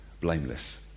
blameless